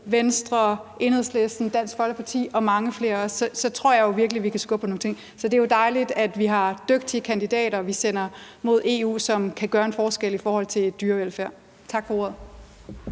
Venstre, Enhedslisten, Dansk Folkeparti og mange flere, tror jeg virkelig, vi kan skubbe på nogle ting. Så det er jo dejligt, at vi har dygtige kandidater, vi sender til EU, og som kan gøre en forskel i forhold til dyrevelfærd. Tak for ordet.